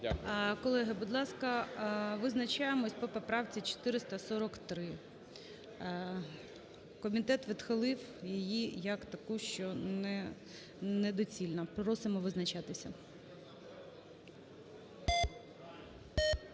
Колеги, будь ласка, визначаємось по поправці 443. Комітет відхилив її як таку, що недоцільна, просимо визначатись.